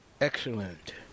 excellent